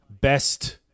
best